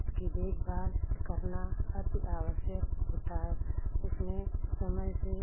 उसकी देखभाल करना अति आवश्यक होता है उसमें समय से